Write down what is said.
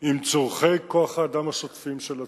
עם צורכי כוח האדם השוטפים של הצבא,